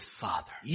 father